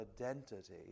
identity